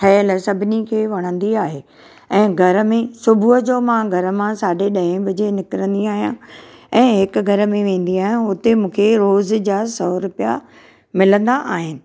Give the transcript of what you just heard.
ठयल सभिनी खे वणंदी आहे ऐ घरु में सुबुहु जो मां घरु मां साढे ॾह वॻे निकरंदी आहियां ऐ हिकु घरु में वेंदी आहियां हुते मूंखे रोज़ जा सौ रुपया मिलंदा आहिनि